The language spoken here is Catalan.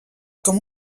com